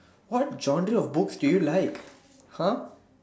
what genre of books do you like !huh!